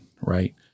Right